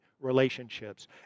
relationships